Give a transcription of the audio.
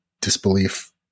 disbelief